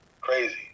crazy